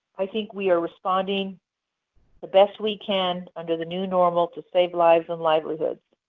i think we are responding the best we can under the new normal to stabilize and livelihoods.